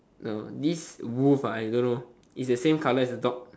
no this wolf ah I don't know is the same colour as the dog